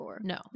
No